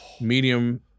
medium